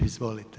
Izvolite.